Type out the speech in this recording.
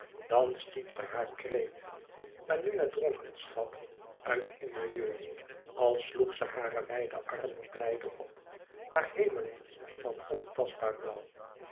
dan stiet ze haar kreet maar nu met dronkenschap uit in majeur als sloeg ze hare wijde armen blijde op naar hemelen van ontastbaar blauw